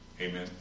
Amen